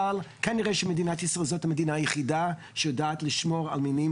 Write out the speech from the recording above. אבל כנראה שמדינת ישראל היא המדינה היחידה שיודעת לשמור על מינים,